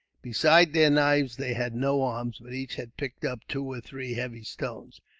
besides their knives they had no arms, but each had picked up two or three heavy stones.